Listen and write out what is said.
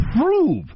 prove